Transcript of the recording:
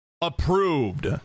approved